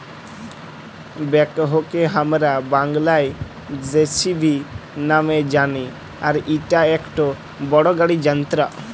ব্যাকহোকে হামরা বাংলায় যেসিবি নামে জানি আর ইটা একটো বড় গাড়ি যন্ত্র